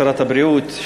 שרת הבריאות,